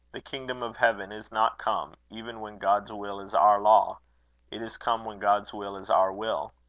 the kingdom of heaven is not come, even when god's will is our law it is come when god's will is our will.